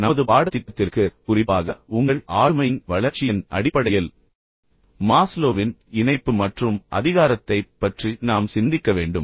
ஆனால் நமது பாடத்திட்டத்திற்கு குறிப்பாக உங்கள் ஆளுமையின் வளர்ச்சியின் அடிப்படையில் மாஸ்லோவின் இணைப்பு மற்றும் அதிகாரத்தைப் பற்றி நாம் சிந்திக்க வேண்டும்